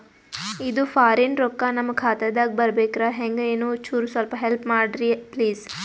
ಇದು ಫಾರಿನ ರೊಕ್ಕ ನಮ್ಮ ಖಾತಾ ದಾಗ ಬರಬೆಕ್ರ, ಹೆಂಗ ಏನು ಚುರು ಹೆಲ್ಪ ಮಾಡ್ರಿ ಪ್ಲಿಸ?